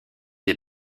des